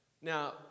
Now